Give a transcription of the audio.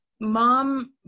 mom